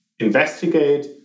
investigate